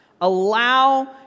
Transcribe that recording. allow